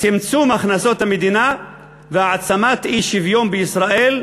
צמצום הכנסות המדינה והעצמת אי-שוויון במדינת ישראל,